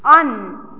on